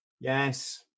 Yes